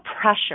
pressure